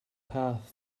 path